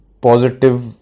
positive